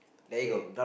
there you go